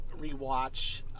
rewatch